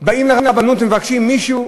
באים לרבנות ומבקשים מישהו,